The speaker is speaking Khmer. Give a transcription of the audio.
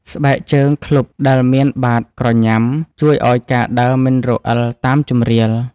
ស្បែកជើងឃ្លុបដែលមានបាតក្រញ៉ាំជួយឱ្យការដើរមិនរអិលតាមជម្រាល។